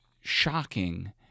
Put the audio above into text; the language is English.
shocking